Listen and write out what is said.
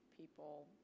people